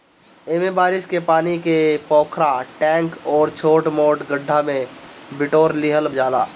एमे बारिश के पानी के पोखरा, टैंक अउरी छोट मोट गढ्ढा में बिटोर लिहल जाला